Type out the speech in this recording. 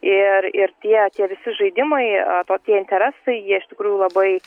ir ir tie tie visi žaidimai to tie interesai jie iš tikrųjų labai